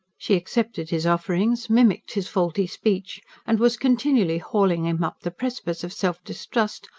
she accepted his offerings, mimicked his faulty speech, and was continually hauling him up the precipice of self-distrust,